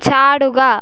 ചാടുക